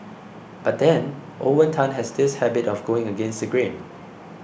but then Owen Tan has this habit of going against the grain